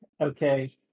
Okay